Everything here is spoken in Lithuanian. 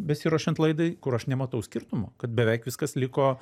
besiruošiant laidai kur aš nematau skirtumo kad beveik viskas liko